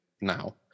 now